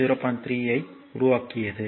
3 ஐ உருவாக்கியது